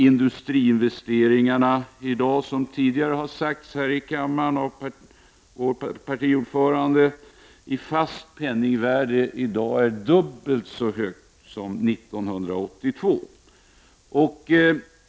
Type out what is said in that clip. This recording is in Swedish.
Industriinvesteringarna är i dag, vilket har framhållits tidigare här i kammaren i dag av partiordföranden, i fast penningsvärde dubbelt så stora som år 1982.